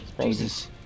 Jesus